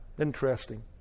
interesting